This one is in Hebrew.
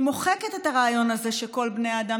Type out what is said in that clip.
שמוחקת את הרעיון הזה שכל בני האדם